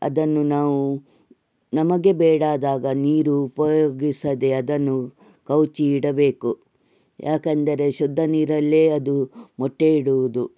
ಅದನ್ನು ನಾವು ನಮಗೆ ಬೇಡಾದಾಗ ನೀರು ಉಪಯೋಗಿಸದೇ ಅದನ್ನು ಕವುಚಿ ಇಡಬೇಕು ಯಾಕಂದರೆ ಶುದ್ಧ ನೀರಲ್ಲೇ ಅದು ಮೊಟ್ಟೆ ಇಡುವುದು